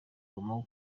goma